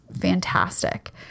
fantastic